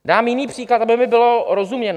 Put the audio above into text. Dám jiný příklad, aby mi bylo rozuměno.